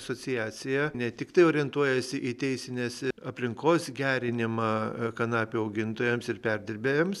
asociacija ne tiktai orientuojasi į teisinės aplinkos gerinimą kanapių augintojams ir perdirbėjams